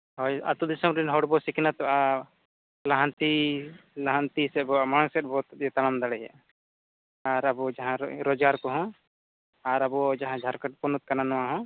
ᱦᱳᱭ ᱟᱛᱳᱼᱫᱤᱥᱚᱢᱨᱮᱱ ᱦᱚᱲᱵᱚ ᱥᱤᱠᱷᱱᱟᱹᱛᱚᱜᱼᱟ ᱞᱟᱦᱟᱱᱛᱤ ᱞᱟᱦᱟᱱᱛᱤ ᱥᱮᱫᱵᱚ ᱢᱟᱲᱟᱝ ᱥᱮᱫᱵᱚ ᱛᱟᱲᱟᱢ ᱫᱟᱲᱮᱭᱟᱜᱼᱟ ᱟᱨ ᱟᱵᱚ ᱡᱟᱦᱟᱸ ᱨᱳᱡᱽᱜᱟᱨ ᱠᱚᱦᱚᱸ ᱟᱨ ᱟᱵᱚ ᱡᱟᱦᱟᱸ ᱡᱷᱟᱲᱠᱷᱚᱸᱰ ᱯᱚᱱᱚᱛ ᱠᱟᱱᱟ ᱱᱚᱣᱟᱦᱚᱸ